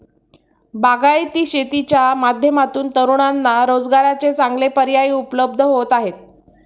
बागायती शेतीच्या माध्यमातून तरुणांना रोजगाराचे चांगले पर्याय उपलब्ध होत आहेत